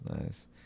nice